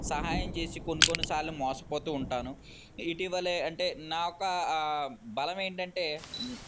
సహాయం చేసి కొన్ని కొన్ని సార్లు మోసపోతూ ఉంటాను ఇటీవలే అంటే నా యొక్క బలమేంటంటే